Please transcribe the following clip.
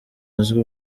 uzi